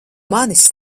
manis